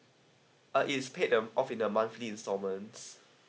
uh is paid them off in the monthly installments